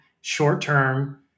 short-term